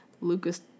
Lucas